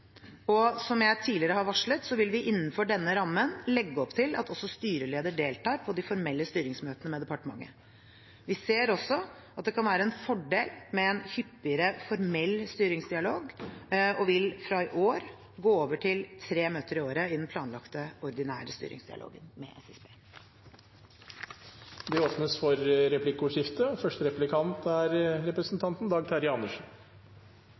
og som jeg tidligere har varslet, vil vi innenfor denne rammen legge opp til at også styreleder deltar på de formelle styringsmøtene med departementet. Vi ser også at det kan være en fordel med en hyppigere formell styringsdialog og vil fra i år gå over til tre møter i året i den planlagte, ordinære styringsdialogen med SSB. Det blir replikkordskifte.